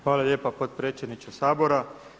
Hvala lijepa potpredsjedniče Sabora.